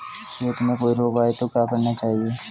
खेत में कोई रोग आये तो क्या करना चाहिए?